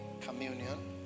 Communion